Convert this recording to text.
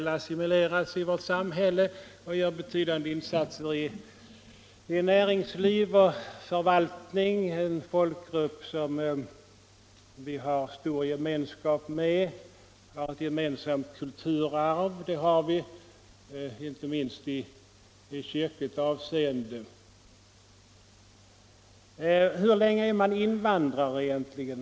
De är väl assimilerade i vårt samhälle och gör betydande insatser i näringsliv och förvaltning. Det är en folkgrupp som vi har stor gemenskap med, vi har ett gemensamt kulturarv inte minst i kyrkligt avseende. Hur länge är man invandrare egentligen?